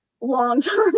long-term